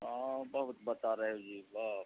ہاں بہت بتا رہے ہو جی باپ